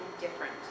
different